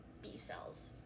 B-cells